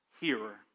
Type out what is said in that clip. hearer